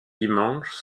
dimanches